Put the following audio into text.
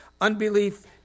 Unbelief